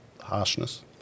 harshness